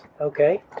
Okay